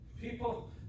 People